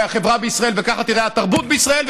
החברה בישראל וככה תיראה התרבות בישראל,